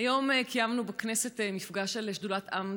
היום קיימנו בכנסת מפגש של שדולת עם,